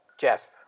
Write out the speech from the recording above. Jeff